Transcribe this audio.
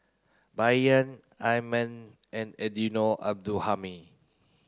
Bai Yan Al and Eddino Abdul Hadi